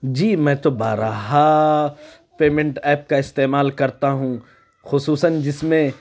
جی میں تو بارا پیمنٹ ایپ کا استعمال کرتا ہوں خصوصاً جس میں